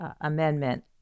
Amendment